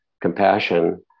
compassion